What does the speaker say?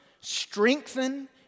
strengthen